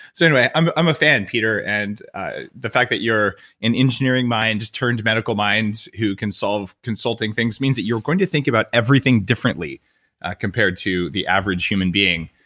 so anyway, i'm i'm a fan, peter, and ah the fact that you're an engineering mind turned medical mind who can solve consulting things means that you're going to think about everything differently compared to the average human being,